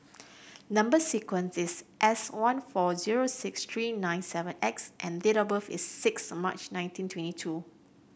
number sequence is S one four zero six three nine seven X and date of birth is six March nineteen twenty two